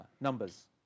numbers